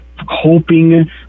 hoping